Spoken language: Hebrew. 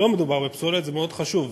לא מדובר בפסולת, זה מאוד חשוב.